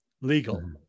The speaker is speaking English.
legal